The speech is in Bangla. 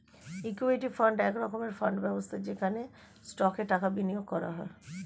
ইক্যুইটি ফান্ড এক রকমের ফান্ড ব্যবস্থা যেখানে স্টকে টাকা বিনিয়োগ করা হয়